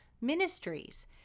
Ministries